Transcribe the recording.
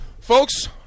Folks